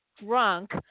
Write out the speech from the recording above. drunk